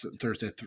Thursday